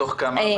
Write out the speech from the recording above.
מתוך כמה?